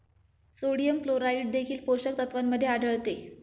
sodium chloride देखील पोषक तत्वांमध्ये आढळते